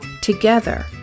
Together